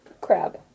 crab